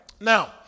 Now